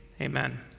amen